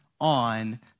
on